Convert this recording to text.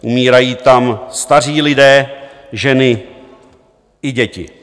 Umírají tam staří lidé, ženy i děti.